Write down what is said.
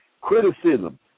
criticism